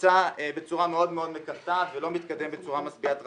נמצא בצורה מאוד מאוד מקרטעת ולא מתקדם בצורה משביעת רצון,